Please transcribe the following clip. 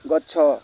ଗଛ